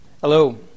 Hello